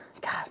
God